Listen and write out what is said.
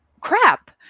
crap